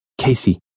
Casey